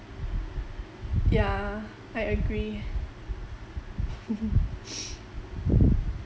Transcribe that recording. ya I agree